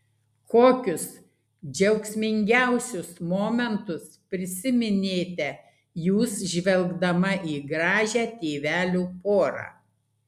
kokius džiaugsmingiausius momentus prisiminėte jūs žvelgdama į gražią tėvelių porą